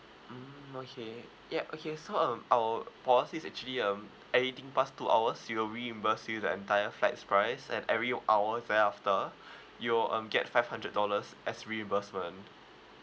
mm okay yup okay so um our policy is actually um anything past two hours we will reimburse you the entire flight's price and every hour thereafter you'll um get five hundred dollars as reimbursement